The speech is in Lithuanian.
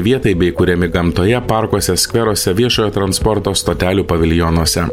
vietai bei kuriami gamtoje parkuose skveruose viešojo transporto stotelių paviljonuose